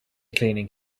cleaning